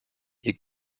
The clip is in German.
ihr